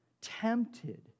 tempted